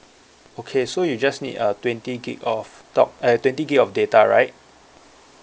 okay so you just need a twenty gig of talk uh twenty gig of data right